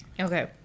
okay